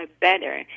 better